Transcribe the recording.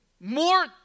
more